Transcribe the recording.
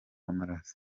w’amaraso